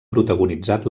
protagonitzat